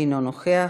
אינו נוכח,